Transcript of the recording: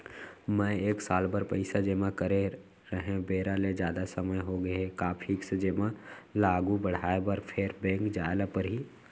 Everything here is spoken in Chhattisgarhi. मैं एक साल बर पइसा जेमा करे रहेंव, बेरा ले जादा समय होगे हे का फिक्स जेमा ल आगू बढ़ाये बर फेर बैंक जाय ल परहि?